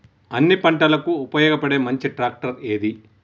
అన్ని పంటలకు ఉపయోగపడే మంచి ట్రాక్టర్ ఏది?